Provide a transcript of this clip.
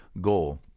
goal